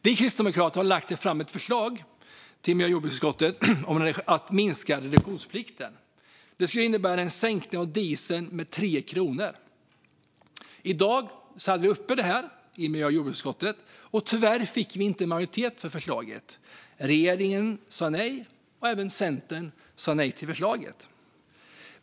Vi kristdemokrater har lagt fram ett förslag i miljö och jordbruksutskottet om att minska reduktionsplikten. Det skulle innebära en sänkning av dieselpriset med 3 kronor. I dag hade vi detta uppe i miljö och jordbruksutskottet, men tyvärr fick vi inte majoritet för förslaget. Regeringen och Centern sa nej till förslaget.